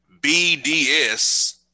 BDS